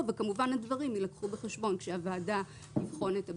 וכמובן הדברים יילקחו בחשבון כאשר הוועדה תבחן את הבקשות.